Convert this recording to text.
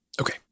Okay